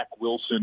Wilson